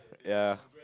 ya